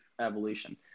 evolution